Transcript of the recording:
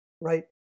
right